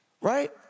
Right